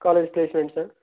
college placements